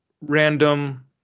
random